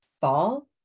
fall